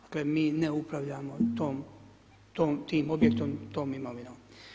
Dakle mi ne upravljamo tim objektom, tom imovinom.